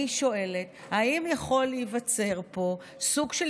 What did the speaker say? אני שואלת: האם יכול להיווצר פה סוג של